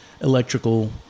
electrical